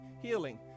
healing